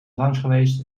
langsgeweest